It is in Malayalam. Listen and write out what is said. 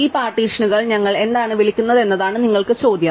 ഈ പാർട്ടീഷൻ ഞങ്ങൾ എന്താണ് വിളിക്കുന്നത് എന്നതാണ് നിങ്ങൾക്ക് ചോദ്യം